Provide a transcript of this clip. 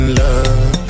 love